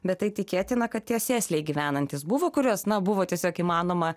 bet tai tikėtina kad tie sėsliai gyvenantys buvo kuriuos na buvo tiesiog įmanoma